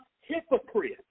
hypocrite